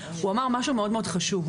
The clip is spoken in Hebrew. הוא אמר משהו מאוד חשוב.